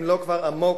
אם לא כבר עמוק,